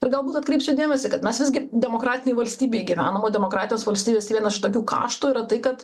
ir galbūt atkreipsiu dėmesį kad mes visgi demokratinėj valstybėj gyvenam o demokratijos valstybės tai vienas iš tokių kaštų yra tai kad